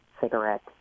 cigarette